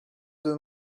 deux